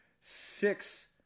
Six